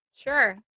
Sure